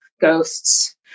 ghosts